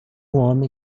homem